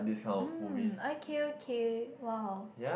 um okay okay !wow!